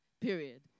period